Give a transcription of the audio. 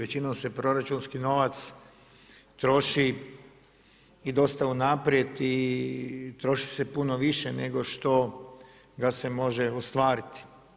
Većinom se proračunski novac troši i dosta unaprijed i troši se puno više nego što ga se može ostvariti.